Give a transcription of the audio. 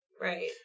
Right